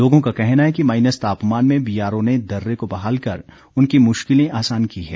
लोगों का कहना है कि माईनस तापमान में बीआरओ ने दर्रे को बहाल कर उनकी मुश्किलें आसान की हैं